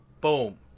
boom